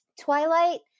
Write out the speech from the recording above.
Twilight